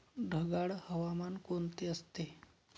ढगाळ हवामान कोणते असते?